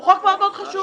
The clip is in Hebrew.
זה חוק מאוד חשוב.